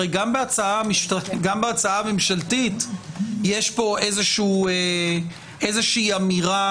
הרי גם בהצעה הממשלתית יש איזושהי אמירה